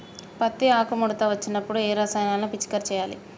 పత్తి ఆకు ముడత వచ్చినప్పుడు ఏ రసాయనాలు పిచికారీ చేయాలి?